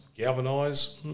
Galvanize